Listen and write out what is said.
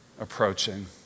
approaching